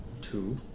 two